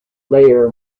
layer